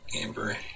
Amber